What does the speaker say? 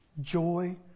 Joy